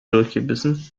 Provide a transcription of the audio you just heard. durchgebissen